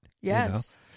Yes